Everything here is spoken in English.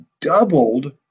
doubled